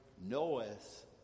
knoweth